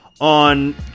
on